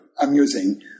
amusing